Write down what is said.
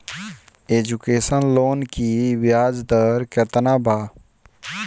Education loan की ब्याज दर केतना बा?